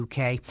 UK